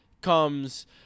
comes